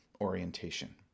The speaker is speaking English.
orientation